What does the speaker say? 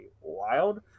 wild